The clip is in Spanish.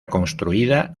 construida